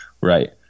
right